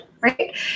right